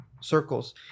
circles